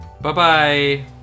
Bye-bye